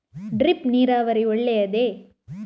Drip ನೀರಾವರಿ ಒಳ್ಳೆಯದೇ?